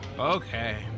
okay